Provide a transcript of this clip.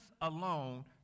alone